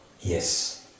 Yes